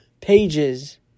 pages